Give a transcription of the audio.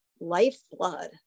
lifeblood